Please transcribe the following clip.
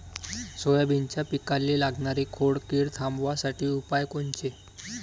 सोयाबीनच्या पिकाले लागनारी खोड किड थांबवासाठी उपाय कोनचे?